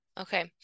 Okay